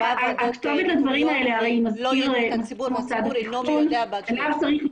הציבור לא מודע לכך.